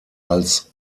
als